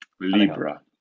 libra